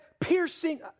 piercing